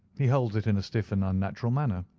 he holds it in a stiff and unnatural manner.